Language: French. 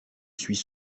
suis